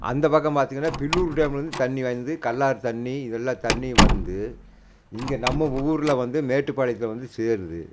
அந்த பக்கம் பார்த்தீங்கன்னா பில்லூர் டேம்லேருந்து தண்ணி வருது கல்லாறு தண்ணி இதெல்லாம் தண்ணி வந்து இங்கே நம்ம ஊர்ல வந்து மேட்டுப்பாளையத்தில் வந்து சேருது